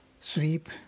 sweep